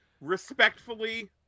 Respectfully